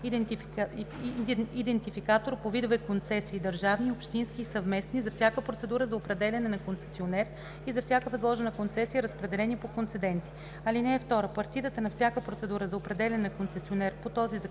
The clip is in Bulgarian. идентификатор по видове концесии (държавни, общински и съвместни) за всяка процедура за определяне на концесионер и за всяка възложена концесия, разпределени по концеденти. (2) Партидата на всяка процедура за определяне на концесионер по този закон